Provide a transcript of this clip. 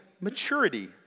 maturity